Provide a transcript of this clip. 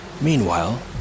Meanwhile